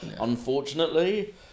unfortunately